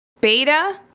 beta